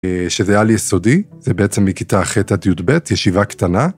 שזה על יסודי, זה בעצם מכיתה ח' עד י"ב, ישיבה קטנה.